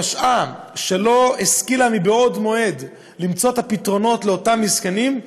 ולא השכילה מבעוד מועד למצוא את הפתרונות לאותם מסכנים,